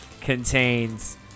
contains